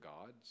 gods